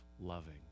loving